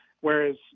Whereas